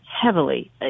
heavily